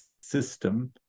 system